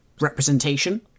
representation